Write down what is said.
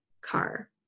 car